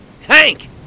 Hank